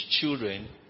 children